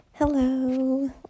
Hello